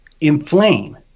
inflame